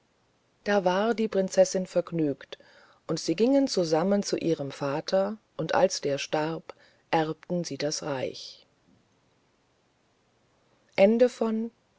da war die prinzessin vergnügt und sie gingen zusammen zu ihrem vater und als der starb erbten sie das reich